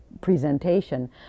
presentation